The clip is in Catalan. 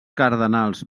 cardenals